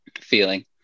feeling